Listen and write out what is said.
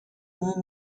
more